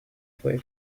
for